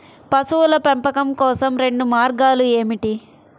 పశువుల పెంపకం కోసం రెండు మార్గాలు ఏమిటీ?